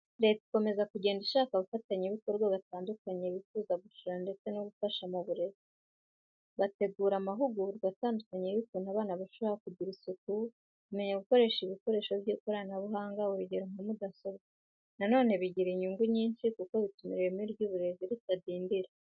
Leta ikomeza kugenda ishaka abafatanyabikorwa batandukanye bifuza gushora ndetse no gufasha mu burezi. Bategura amahugurwa atandukanye y'ukuntu abana bashobora kugira isuku, kumenya gukoresha ibikoresho by'ikoranabuhanga urugero nka mudasobwa. Na none bigira inyungu nyinshi kuko bituma ireme ry'uburezi ritadindira.